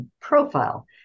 profile